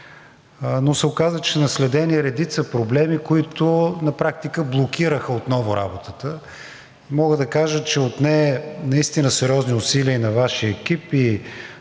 но се оказа, че са наследени редица проблеми, които на практика отново блокираха работата. Мога да кажа, че отне наистина сериозни усилия и на Вашия екип,